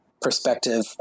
perspective